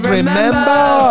remember